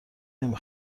نمی